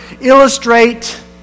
illustrate